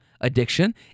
addiction